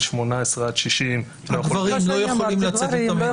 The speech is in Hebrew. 18 עד 60 --- הגברים לא יכולים לצאת את המדינה.